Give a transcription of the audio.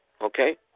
Okay